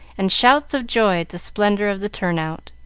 and shouts of joy at the splendor of the turn-out.